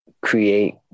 create